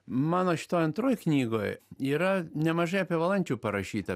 mano šitoj antroj knygoj yra nemažai apie valančių parašyta